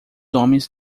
homens